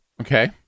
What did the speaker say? Okay